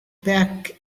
back